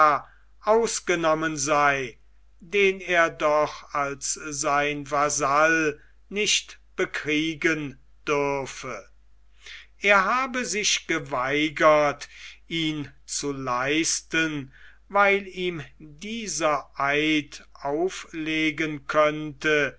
ausgenommen sei den er doch als sein vasall nicht bekriegen dürfe er habe sich geweigert ihn zu leisten weil ihm dieser eid auflegen könnte